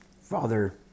father